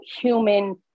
human